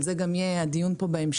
על זה גם יהיה הדיון פה בהמשך.